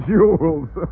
Jewels